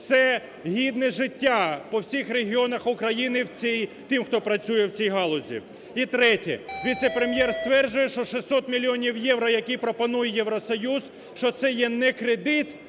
це гідне життя по всіх регіонах України тим, хто працює в цій галузі. І третє, віце-прем'єр стверджує, що 600 мільйонів євро, які пропонує Євросоюз, що це є не кредит,